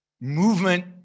movement